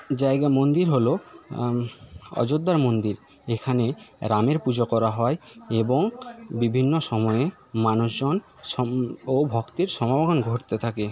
জায়গা মন্দির হলো অযোধ্যার মন্দির যেখানে রামের পুজো করা হয় এবং বিভিন্ন সময় মানুষজন ও ভক্তের সমাগম ঘটতে থাকে